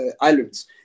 islands